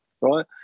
right